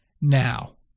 Now